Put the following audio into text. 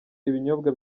ibinyobwa